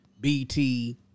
bt